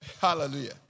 Hallelujah